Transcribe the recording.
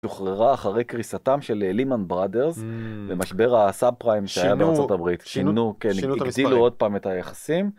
‫שוחררה אחרי קריסתם של לימאן בראדרס ‫למשבר הסאב פריימס שינו... שהיה במרצות הברית.‫-שינו, כן, ‫שינו את המספרים. הגדילו עוד פעם את היחסים.